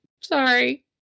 sorry